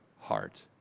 heart